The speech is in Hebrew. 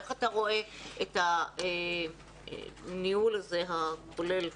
איך אתה רואה את הניהול הזה, הכולל?